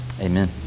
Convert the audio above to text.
Amen